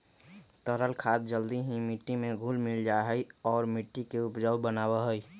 तरल खाद जल्दी ही मिट्टी में घुल मिल जाहई और मिट्टी के उपजाऊ बनावा हई